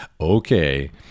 Okay